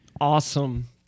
Awesome